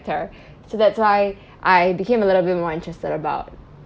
sector so that's why I became a little bit more interested about